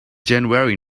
january